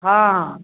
हँ